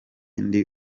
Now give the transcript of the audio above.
ndi